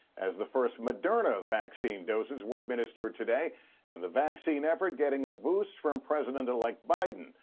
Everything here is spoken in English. as the first moderna vaccine doses were administered today and the vaccine effort getting a boost from president-elect biden.